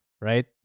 right